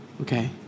Okay